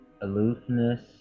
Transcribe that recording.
aloofness